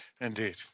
Indeed